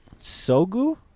sogu